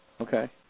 Okay